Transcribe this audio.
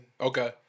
Okay